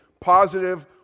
positive